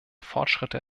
fortschritte